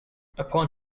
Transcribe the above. upon